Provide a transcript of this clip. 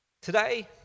Today